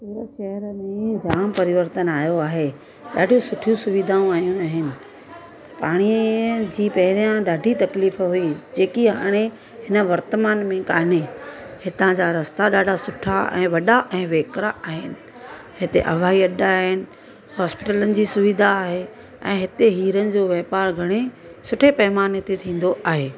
हिन शहर में जामु परिवर्तन आयो आहे ॾाढियूं सुठियूं सुविधाऊं आयूं आहिनि पाणीअ जी पहिरियां ॾाढी तकलीफ़ हुई जेकी हाणे हिन वर्तमान में कान्हे हितां जा रस्ता ॾाढा सुठा ऐं वॾा ऐं वेकिरा आहिनि हिते हवाई अॾा आहिनि हॉस्पिटलनि जी सुविधा आहे ऐं हिते हीरन जो वापारु घणे सुठे पैमाने ते थींदो आहे